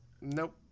nope